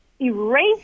erase